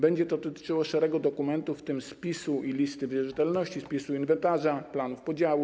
Będzie to dotyczyło szeregu dokumentów, w tym spisu i listy wierzytelności, spisu inwentarza, planów podziału.